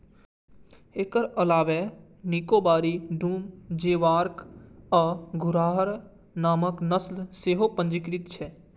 एकर अलावे निकोबारी, डूम, जोवॉक आ घुर्राह नामक नस्ल सेहो पंजीकृत छै